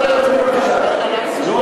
לא הפקודה המנדטורית, חוק זכות יוצרים החדש.